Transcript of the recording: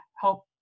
help